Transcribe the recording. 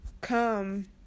come